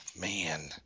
man